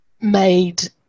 made